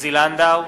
עוזי לנדאו,